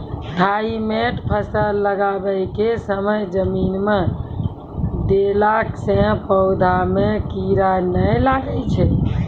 Thimet फ़सल लगाबै के समय जमीन मे देला से पौधा मे कीड़ा नैय लागै छै?